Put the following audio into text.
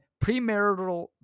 premarital